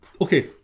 Okay